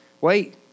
Wait